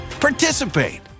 participate